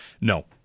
No